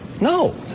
No